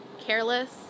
careless